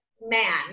man